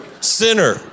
sinner